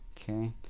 Okay